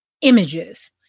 images